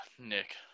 Nick